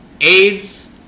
AIDS